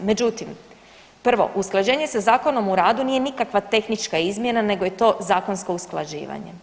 Međutim prvo, usklađenje sa Zakonom o radu nije nikakva tehnička izmjena nego je to zakonsko usklađivanje.